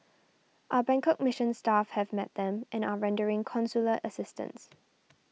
our Bangkok Mission staff have met them and are rendering consular assistance